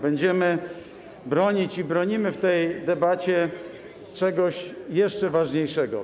Będziemy bronić i bronimy w tej debacie czegoś jeszcze ważniejszego.